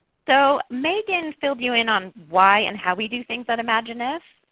so megan filled you in on why and how we do things at imagineif,